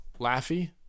Laffy